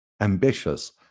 Ambitious